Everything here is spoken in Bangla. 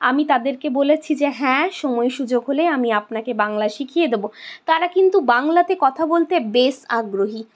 আমি তাদেরকে বলেছি যে হ্যাঁ সময় সুযোগ হলে আমি আপনাকে বাংলা শিখিয়ে দেবো তারা কিন্তু বাংলাতে কথা বলতে বেশ আগ্রহী